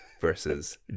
versus